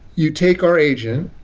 you take our agent,